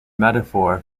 metaphor